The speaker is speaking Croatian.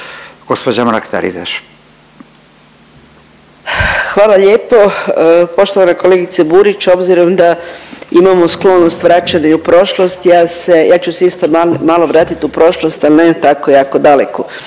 Anka (GLAS)** Hvala lijepo. Poštovana kolegice Burić, obzirom da imamo sklonost vraćanju u prošlost ja ću se isto malo vratit u prošlost, al ne tako jako daleko.